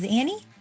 annie